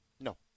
No